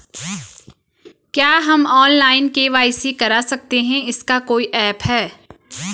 क्या हम online KYC कर सकते हैं इसका कोई ऐप है?